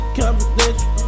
confidential